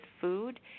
food